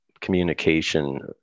Communication